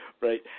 right